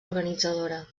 organitzadora